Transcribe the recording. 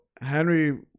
Henry